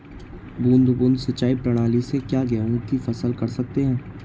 बूंद बूंद सिंचाई प्रणाली से क्या गेहूँ की फसल कर सकते हैं?